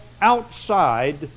outside